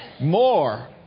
More